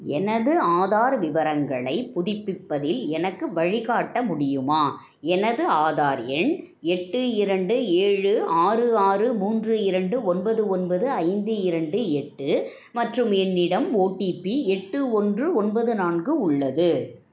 எனது ஆதார் விவரங்களைப் புதுப்பிப்பதில் எனக்கு வழிகாட்ட முடியுமா எனது ஆதார் எண் எட்டு இரண்டு ஏழு ஆறு ஆறு மூன்று இரண்டு ஒன்பது ஒன்பது ஐந்து இரண்டு எட்டு மற்றும் என்னிடம் ஓடிபி எட்டு ஒன்று ஒன்பது நான்கு உள்ளது